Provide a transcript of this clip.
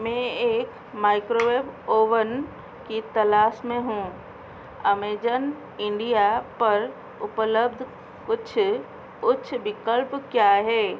मैं एक microwave oven की तलाश में हूँ अमेजन इंडिया पर उपलब्ध कुछ उच्छ विकल्प क्या है